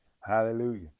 hallelujah